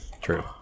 True